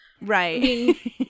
Right